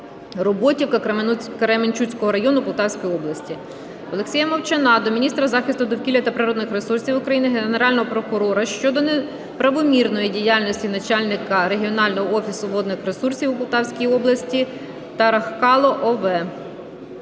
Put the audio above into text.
Роботівка Кременчуцького району Полтавської області. Олексія Мовчана до міністра захисту довкілля та природних ресурсів України, Генерального прокурора щодо неправомірної діяльності начальника Регіонального офісу водних ресурсів у Полтавській області Тарахкало О.В.